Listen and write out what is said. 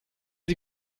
sie